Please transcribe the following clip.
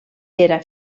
era